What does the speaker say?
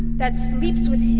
that sleeps with